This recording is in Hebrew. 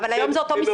אבל היום זה אותו משרד.